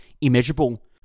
immeasurable